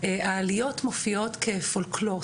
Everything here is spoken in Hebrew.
העליות מופיעות כפולקלור,